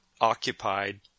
occupied